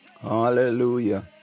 hallelujah